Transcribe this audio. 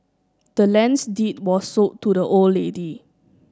the land's deed was sold to the old lady